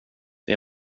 det